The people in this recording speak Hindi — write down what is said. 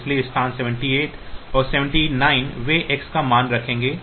इसलिए स्थान 78 और 79 वे X का मान रखेंगे